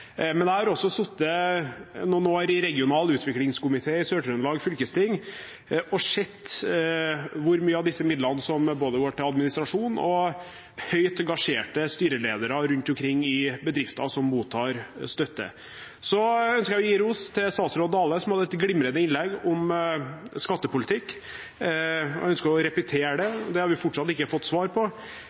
men jeg har også sittet noen år i regional utviklingskomité i Sør-Trøndelag fylkesting og sett hvor mye av disse midlene som går til både administrasjon og høyt gasjerte styreledere rundt omkring i bedrifter som mottar støtte. Så ønsker jeg å gi ros til statsråd Dale, som hadde et glimrende innlegg om skattepolitikk. Jeg ønsker å repetere det – det har vi fortsatt ikke fått svar på: